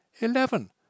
Eleven